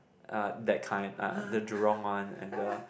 uh that kind uh the Jurong one and the